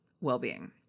well-being